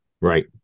Right